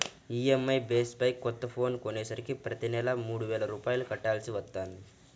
EMI base పై కొత్త phone కొనేసరికి ప్రతి నెలా మూడు వేల రూపాయలు కట్టాల్సి వత్తంది